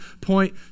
point